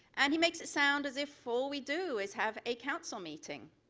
and he makes it sound as if all we do is have a council meeting.